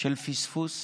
של פספוס,